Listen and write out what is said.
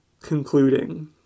concluding